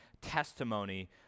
testimony